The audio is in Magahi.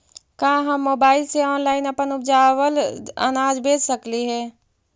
का हम मोबाईल से ऑनलाइन अपन उपजावल अनाज बेच सकली हे?